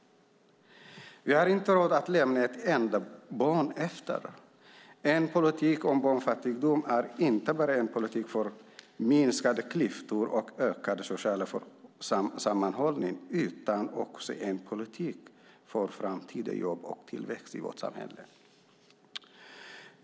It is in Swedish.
Vi har inte råd att lämna ett enda barn utanför. En politik om barnfattigdom är inte bara en politik för minskade klyftor och ökad social sammanhållning utan också en politik för framtida jobb och tillväxt i vårt samhälle.